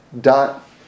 dot